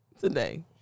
today